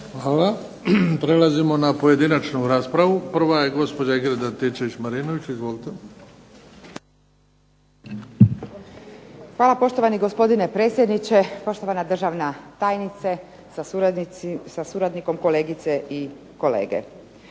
Hvala. Prelazimo na pojedinačnu raspravu. Prva je gospođa Ingrid Antičević Marinović. Izvolite. **Antičević Marinović, Ingrid (SDP)** Hvala vam poštovani gospodine predsjedniče, poštovana državna tajnice sa suradnikom, kolegice i kolege.